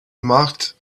marked